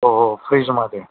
हो हो फ्रिजमध्ये